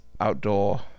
outdoor